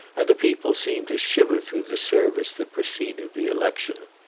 and the people seemed to shiver through the service that preceded the election.